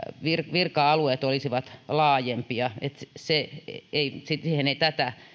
virka alueet olisivat laajempia siihen ei tätä